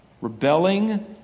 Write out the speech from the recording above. rebelling